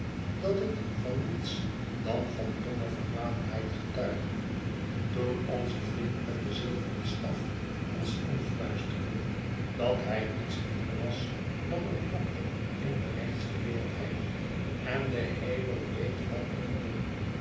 dat het van niets dan van domme verwaandheid getuigde toen onze vriend met den zilveren staf ons influisterde dat hij niets minder was dan een doctor in de rechtsgeleerdheid en de hemel weet wat nog meer